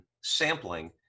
sampling